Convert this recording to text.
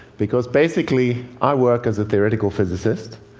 because, basically, i work as a theoretical physicist.